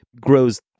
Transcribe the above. grows